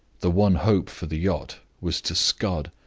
the one hope for the yacht was to scud.